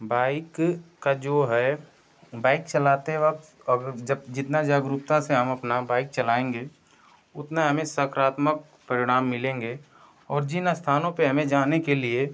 bike का जो है बाइक चलाते वक्त अगर जब जितना जागरूकता से हम अपना बाइक चलाएँगे उतना हमें सकारात्मक परिणाम मिलेंगे और जिन स्थानों पर हमें जाने के लिए